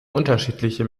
unterschiedliche